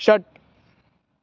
षट्